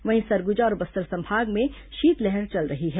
वहीं सरगुजा और बस्तर संभाग में शीतलहर चल रही है